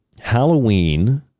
Halloween